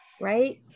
right